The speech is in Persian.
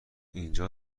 اینجا